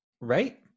right